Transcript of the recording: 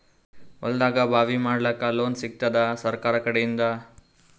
ಹೊಲದಾಗಬಾವಿ ಮಾಡಲಾಕ ಲೋನ್ ಸಿಗತ್ತಾದ ಸರ್ಕಾರಕಡಿಂದ?